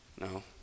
No